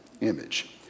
image